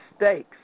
mistakes